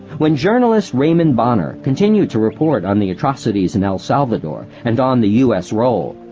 when journalist raymond bonner continued to report on the atrocities in el salvador, and on the u s. role,